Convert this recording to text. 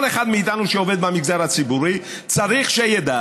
כל אחד מאיתנו, שעובד במגזר הציבורי, צריך שידע